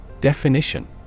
Definition